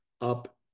up